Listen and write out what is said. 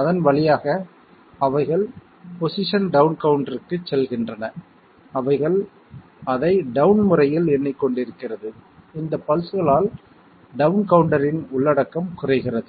அதன் வழியாக அவைகள் பொசிஷன் டவுன் கவுண்டருக்குச் செல்கின்றன அவைகள் அதை டவுன் முறையில் எண்ணிக் கொண்டிருக்கிறது இந்த பல்ஸ்களால் டவுண் கவுண்டரின் உள்ளடக்கம் குறைகிறது